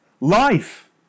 Life